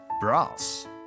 Brass